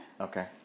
Okay